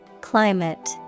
Climate